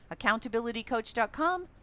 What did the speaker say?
accountabilitycoach.com